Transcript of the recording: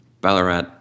Ballarat